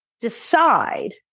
decide